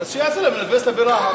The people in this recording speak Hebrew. אז שיעשו, אוניברסיטה ברהט.